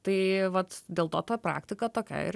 tai vat dėl to ta praktika tokia ir